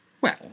Well